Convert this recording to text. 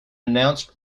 announced